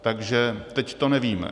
Takže teď to nevíme.